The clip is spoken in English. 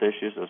issues